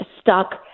stuck